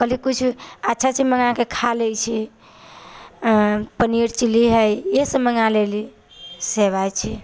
कहलियै किछु अच्छा चीज मङ्गाके खाइ लै छी पनीर चिल्ली है यहि सभ मङ्गा लेली सँ बात छियै